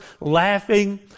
laughing